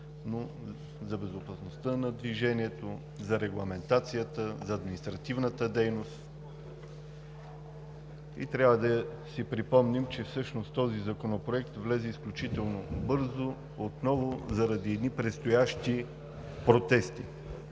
но и за безопасността на движението, за регламентацията, за административната дейност. Трябва да си припомним, че всъщност този законопроект влезе изключително бързо, отново заради едни предстоящи протести,